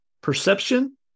perception